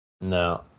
No